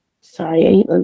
Sorry